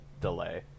delay